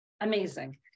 Amazing